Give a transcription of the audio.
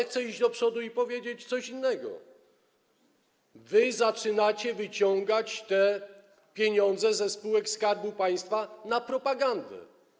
Chcę iść do przodu i powiedzieć coś innego: zaczynacie wyciągać pieniądze ze spółek Skarbu Państwa na propagandę.